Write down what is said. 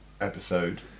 episode